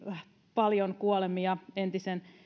paljon kuolemia entisen